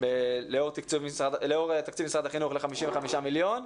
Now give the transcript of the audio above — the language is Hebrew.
לאור תקציב משרד החינוך ל-55 מיליון,